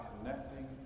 connecting